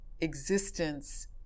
existence